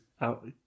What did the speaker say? out